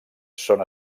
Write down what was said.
són